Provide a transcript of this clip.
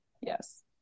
yes